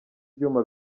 ibyuma